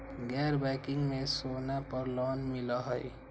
गैर बैंकिंग में सोना पर लोन मिलहई?